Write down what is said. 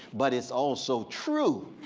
but it's also true.